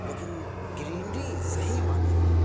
لیکن گرینری صحیح معنی میں